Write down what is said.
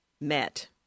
met